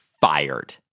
fired